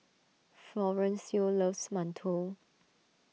Florencio loves Mantou